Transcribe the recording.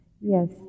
Yes